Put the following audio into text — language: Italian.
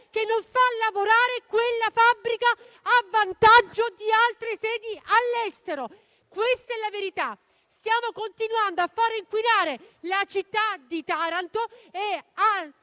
che non fa lavorare quella fabbrica a vantaggio di altre sedi all'estero. Questa è la verità. Stiamo continuando a far inquinare la città Taranto e a